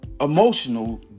emotional